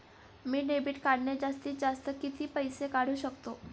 मी debit कार्डने जास्तीत जास्त किती पैसे काढू शकतो?